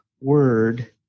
word